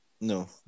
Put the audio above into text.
No